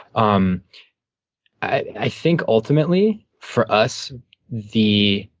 um i think ultimately for us the